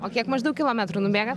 o kiek maždaug kilometrų nubėgat